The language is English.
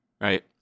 right